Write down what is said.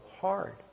hard